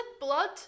blood